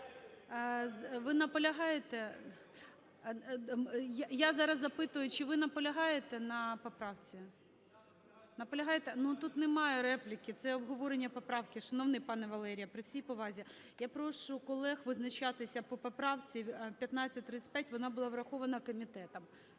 Ви наполягаєте? Я зараз запитую, чи ви наполягаєте на поправці. Наполягаєте? Ну, тут немає репліки. Це обговорення поправки, шановний пане Валерію, при всій повазі. Я прошу колег визначатися по поправці 1353, вона була врахована комітетом.